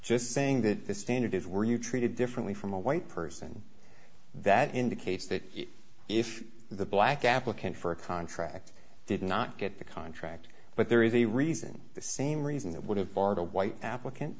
just saying that the standard is were you treated differently from a white person that indicates that if the black applicant for a contract did not get the contract but there is a reason the same reason that would have barred a white applicant